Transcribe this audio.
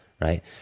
right